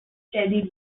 steadily